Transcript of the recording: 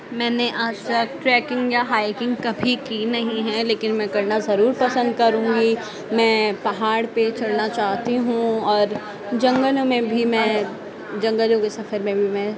میں نے آج تک ٹریکنگ یا ہائکنگ کبھی کی نہیں ہے لیکن میں کرنا ضرور پسند کروں گی میں پہاڑ پہ چڑھنا چاہتی ہوں اور جنگلوں میں بھی میں جنگلوں کے سفر میں بھی میں